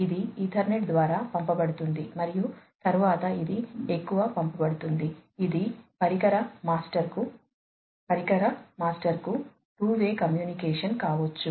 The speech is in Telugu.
ఇది ఈథర్నెట్ ద్వారా పంపబడుతుంది మరియు తరువాత ఇది ఎక్కువ పంపబడుతుంది ఇది పరికర మాస్టర్కు పరికర మాస్టర్కు టూ వే కమ్యూనికేషన్ కావచ్చు